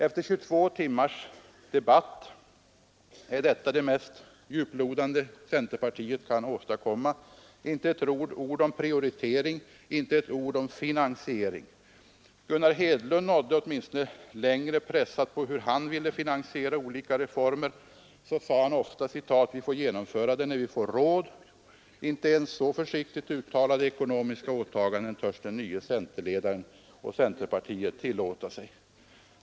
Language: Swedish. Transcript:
Efter 22 timmars debatt är detta det mest djuplodande centerpartiet kan åstadkomma. Inte ett ord om prioritering, inte ett ord om finansiering. Gunnar Hedlund nådde åtminstone längre. Pressad på hur han ville finansiera olika reformer sade han ofta: ”Vi får genomföra det när vi får råd.” Inte ens så försiktigt uttalade ekonomiska åtaganden törs den nye centerledaren och centerpartiet tillåta sig.